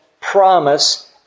promise